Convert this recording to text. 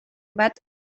bat